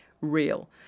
real